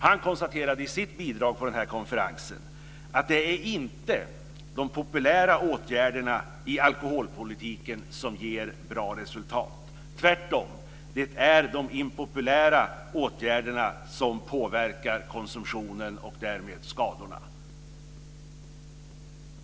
Han konstaterade i sitt bidrag på den här konferensen att det inte är de populära åtgärderna i alkoholpolitiken som ger bra resultat. Tvärtom är det de impopulära åtgärderna som påverkar konsumtionen och därmed skadorna.